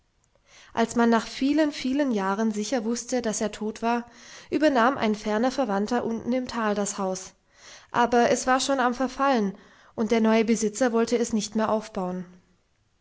als man nach vielen vielen jahren sicher wußte daß er tot war übernahm ein ferner verwandter unten im tal das haus aber es war schon am verfallen und der neue besitzer wollte es nicht mehr aufbauen